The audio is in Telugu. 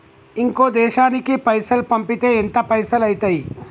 ఇంకో దేశానికి పైసల్ పంపితే ఎంత పైసలు అయితయి?